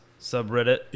subreddit